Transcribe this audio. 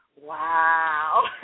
wow